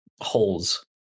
holes